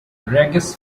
regis